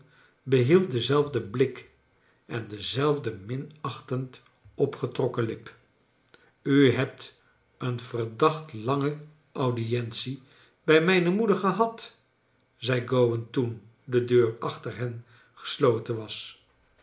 behield denzelfden blik en dezelfde minachtend opgetrokken lip ju hebt een verdacht lange audientie bij mijne moeder gonad zei gowan toen de deur achter hen gesloten was